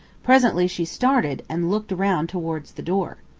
presently she started and looked round towards the door.